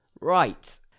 Right